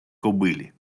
кобилі